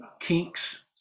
kinks